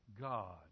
God